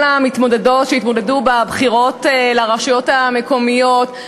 המתמודדות שהתמודדו בבחירות לרשויות המקומיות,